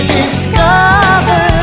discover